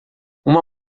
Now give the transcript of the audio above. uma